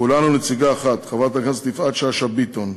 כולנו, נציגה אחת, חברת הכנסת יפעת שאשא ביטון,